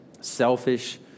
Selfish